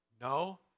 No